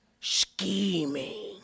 scheming